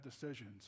decisions